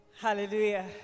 Hallelujah